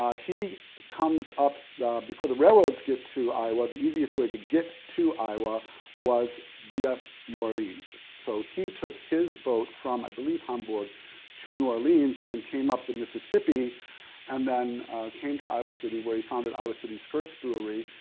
ah he comes up, before the railroads get to iowa, the easiest way to get to iowa was via new orleans so he took his boat from i believe hamburg to new orleans and then he came up the mississippi and then came to iowa city, where he founded iowa city's first brewery.